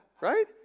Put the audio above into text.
right